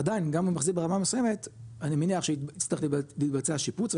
עדיין גם אם הוא מחזיר ברמה מסוימת אני מניח שיצטרך להתבצע שיפוץ,